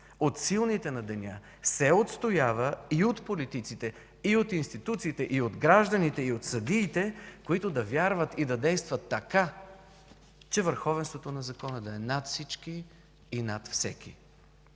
от силните на деня се отстоява и от политиците, и от институциите, и от гражданите, и от съдиите, които да вярват и да действат така, че върховенството на закона да е над всичко и над всеки.